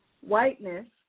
whiteness